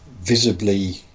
visibly